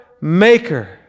maker